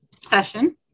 session